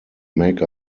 make